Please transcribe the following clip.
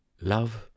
Love